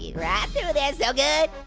right through this, so good,